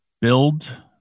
build